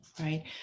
right